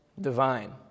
divine